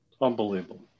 Unbelievable